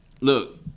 look